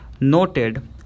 noted